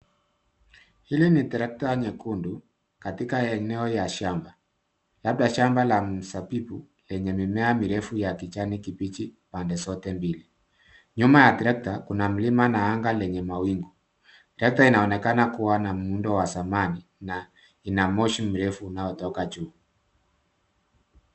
Hili ni trekta nyekundu katika eneo ya shamba. Labda shamba ya mzabibu enye mimea mirefu ya kijani kibichi pande zote mbili. Nyuma ya trekta kuna milima na anga lenye mawingu. Trekta inaonekana kuwa na muundo wa zamani na ina moshi mrefu inayotoka juu